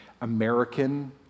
American